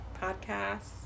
podcasts